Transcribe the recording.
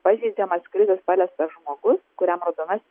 pažeidžiamas krizės paliestas žmogus kuriam rodonas